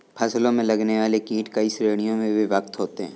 फसलों में लगने वाले कीट कई श्रेणियों में विभक्त होते हैं